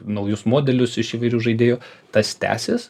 naujus modelius iš įvairių žaidėjų tas tęsis